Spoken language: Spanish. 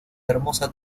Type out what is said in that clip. hermosa